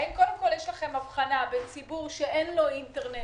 האם יש לכם הבחנה בין ציבור שאין לו אינטרנט